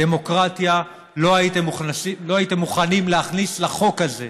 דמוקרטיה, לא הייתם מוכנים להכניס לחוק הזה.